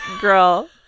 girl